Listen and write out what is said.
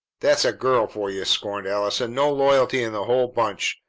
that's a girl for you! scorned allison. no loyalty in the whole bunch.